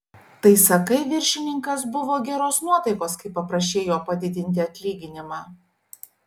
tai sakai viršininkas buvo geros nuotaikos kai paprašei jo padidinti atlyginimą